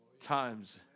times